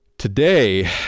Today